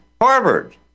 harvard